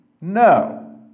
No